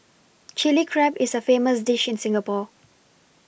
Chilli Crab is a famous dish in Singapore